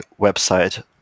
website